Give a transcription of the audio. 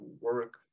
work